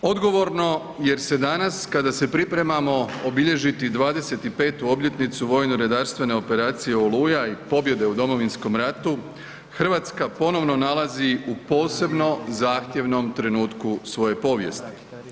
Odgovorno jer se danas kada se pripremamo obilježiti 25 obljetnicu vojno redarstvene operacije Oluja i pobjede u Domovinskom ratu, Hrvatska ponovno nalazi u posebno zahtjevnom trenutku svoje povijesti.